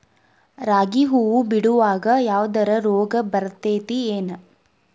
ರಾಗಿ ಹೂವು ಬಿಡುವಾಗ ಯಾವದರ ರೋಗ ಬರತೇತಿ ಏನ್?